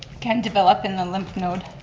can develop in the lymph node,